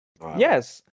Yes